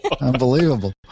Unbelievable